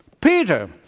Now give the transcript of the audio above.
Peter